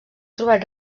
trobat